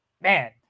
man